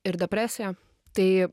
ir depresija tai